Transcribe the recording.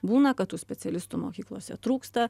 būna kad tų specialistų mokyklose trūksta